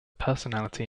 personality